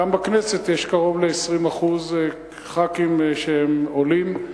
בכנסת יש קרוב ל-20% חברי כנסת שהם עולים.